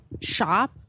shop